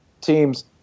teams –